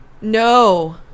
No